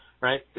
right